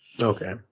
okay